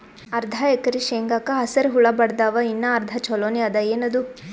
ಅರ್ಧ ಎಕರಿ ಶೇಂಗಾಕ ಹಸರ ಹುಳ ಬಡದಾವ, ಇನ್ನಾ ಅರ್ಧ ಛೊಲೋನೆ ಅದ, ಏನದು?